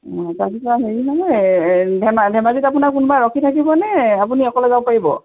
অঁ তাৰপিছত হেৰি নহয় এই ধেমা ধেমাজিত আপোনাৰ কোনোবা ৰখি থাকিবনে আপুনি অকলে যাব পাৰিব